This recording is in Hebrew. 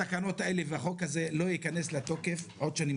התקנות האלה והחוק הזה לא ייכנסו לתוקף עוד שנים